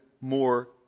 more